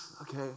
okay